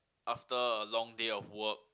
after a long day of work